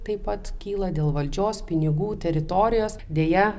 taip pat kyla dėl valdžios pinigų teritorijos deja